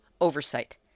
oversight